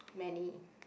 many